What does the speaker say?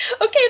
Okay